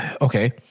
okay